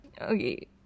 okay